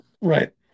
right